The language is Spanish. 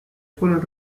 fueron